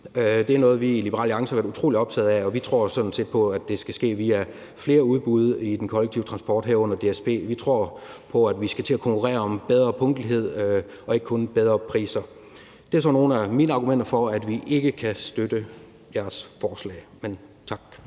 Det er noget, vi i Liberal Alliance har været utrolig optagede af, og vi tror sådan set på, at det skal ske via flere udbud i den kollektive transport, herunder DSB. Vi tror på, at vi skal til at konkurrere om bedre punktlighed og ikke kun bedre priser. Det var så nogle af mine argumenter for, at vi ikke kan støtte jeres forslag, men